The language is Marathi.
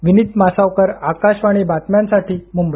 विनित मासावकर आकाशवाणी बातम्यांसाठी मुंबई